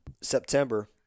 September